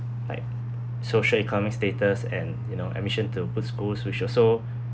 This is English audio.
like social-economic status and you know admission to a good school which also